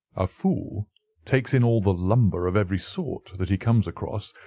a fool takes in all the lumber of every sort that he comes across,